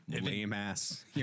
lame-ass